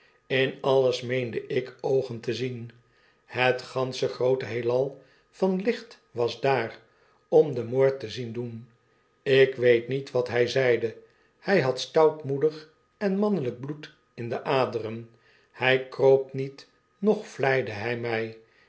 in alles meende ik oogen te zien het gansche groote heelal van licht was daar om den moord te zien doen ik weet niet wat by zeide hij had stoutmoedig en mannelijk bloed in de aderen hy kroop niet noch vleide hy my